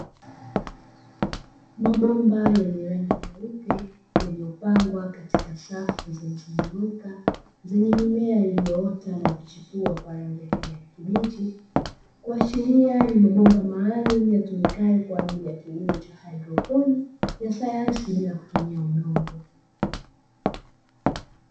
Mabomba yenye rangi nyeupe yaliyopangwa katika safu zilizonyooka zenye mimea iliyoota na kuchepua kwa rangi ya kijani kibichi. kuashiria kuwa ni kilimo cha haidroponi ya sayansi bila kutumia udongo.